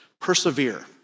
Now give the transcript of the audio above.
persevere